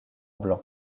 blanc